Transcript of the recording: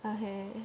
okay